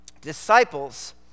Disciples